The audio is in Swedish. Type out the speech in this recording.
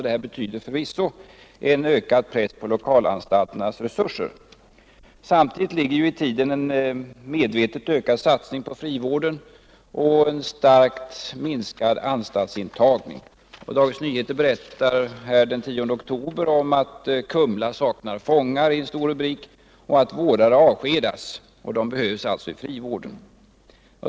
Det innebär förvisso en ökad press på lokalanstalternas resurser. Samtidigt ligger i tiden en medvetet ökad satsning på frivården och en starkt minskad anstaltsintagning. Dagens Nyheter berättade den 10 oktober att Kumla saknar fångar och att vårdare avskedats. De behövs alltså i frivården.